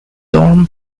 dorm